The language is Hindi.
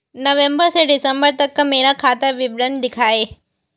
नवंबर से दिसंबर तक का मेरा खाता विवरण दिखाएं?